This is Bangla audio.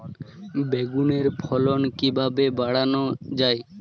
বেগুনের ফলন কিভাবে বাড়ানো যায়?